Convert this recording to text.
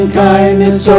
kindness